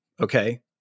okay